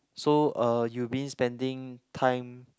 so uh you mean spending time